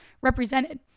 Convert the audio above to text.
represented